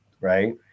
right